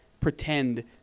pretend